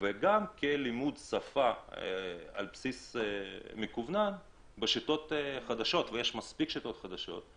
וגם כלימוד שפה בשיטות חדשות ויש מספיק שיטות חדשות.